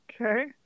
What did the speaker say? Okay